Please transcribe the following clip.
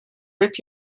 rip